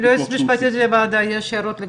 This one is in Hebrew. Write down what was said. שני שוברי תשלום לבעל הזכויות במקרקעין,